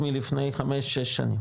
מלפני חמש-שש שנים,